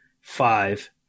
five